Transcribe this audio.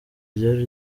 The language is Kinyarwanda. ryari